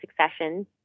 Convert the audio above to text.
succession